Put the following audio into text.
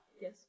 Yes